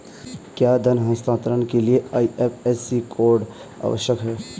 क्या धन हस्तांतरण के लिए आई.एफ.एस.सी कोड आवश्यक है?